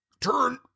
turn